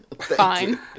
Fine